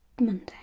Monday